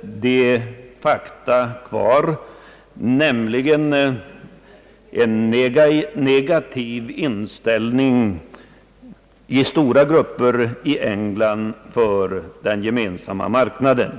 det faktiskt en negativ inställning hos stora grupper i England till den gemensamma marknaden.